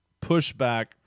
pushback